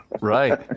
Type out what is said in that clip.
right